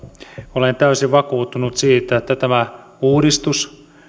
olen täysin vakuuttunut siitä että tämä uudistus